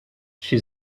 she